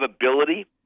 ability